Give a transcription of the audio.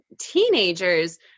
teenagers